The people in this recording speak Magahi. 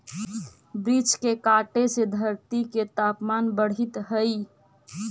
वृक्ष के कटे से धरती के तपमान बढ़ित हइ